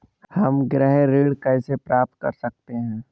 हम गृह ऋण कैसे प्राप्त कर सकते हैं?